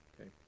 okay